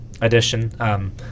edition